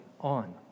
on